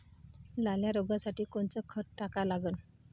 लाल्या रोगासाठी कोनचं खत टाका लागन?